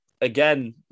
again